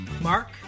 Mark